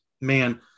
man